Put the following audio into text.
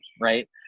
right